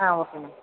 ah okay ma'am